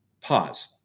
pause